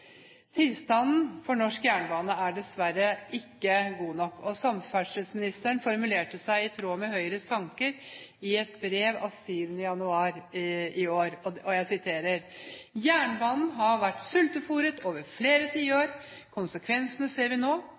Tilstanden for norsk jernbane er dessverre ikke god nok. Samferdselsministeren formulerte seg i tråd med Høyres tanker i et brev av 7. januar i år, og jeg siterer: «Jernbanen har vært sultefôret over flere tiår. Konsekvensene ser vi nå.